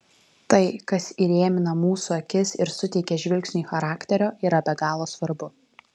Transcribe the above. tai kas įrėmina mūsų akis ir suteikia žvilgsniui charakterio yra be galo svarbu